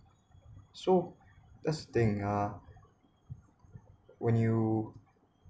so this thing ah when you